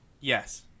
Yes